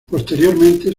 posteriormente